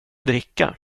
dricka